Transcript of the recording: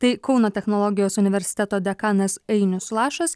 tai kauno technologijos universiteto dekanas ainius lašas